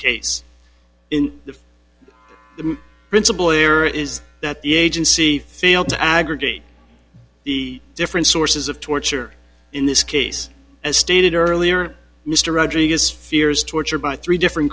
case in the principal error is that the agency failed to aggregate the different sources of torture in this case as stated earlier mr rodriguez fears torture by three different